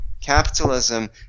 capitalism